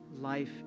life